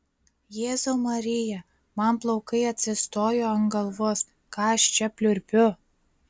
jėzau marija man plaukai atsistojo ant galvos ką aš čia pliurpiu